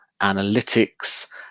analytics